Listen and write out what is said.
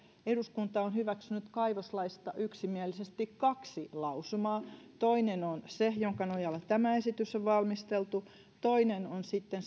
eduskunta on hyväksynyt kaivoslaista yksimielisesti kaksi lausumaa toinen on se jonka nojalla tämä esitys on valmisteltu toinen on sitten